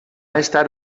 estar